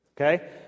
Okay